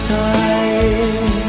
time